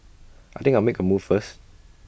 I think I'll make A move first